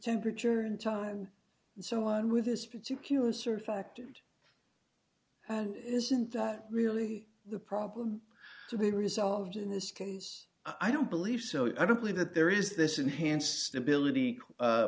temperature and time and so on with this particular search fact and and isn't that really the problem to be resolved in this case i don't believe so i don't believe that there is this enhanced ability